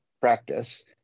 practice